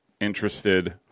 interested